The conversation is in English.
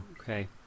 Okay